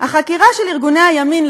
החקירה של ארגוני הימין,